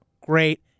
great